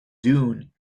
dune